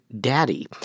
daddy